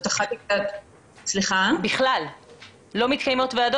לא מתקיימות בכלל?